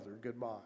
goodbye